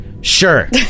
Sure